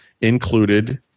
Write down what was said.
included